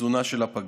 התזונה של הפגים.